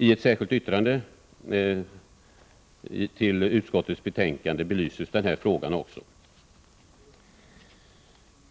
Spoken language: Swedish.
I ett särskilt yttrande från folkpartiets och centerpartiets representanter i utskottet belyses frågan för övrigt.